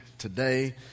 Today